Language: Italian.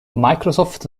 microsoft